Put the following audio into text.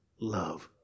love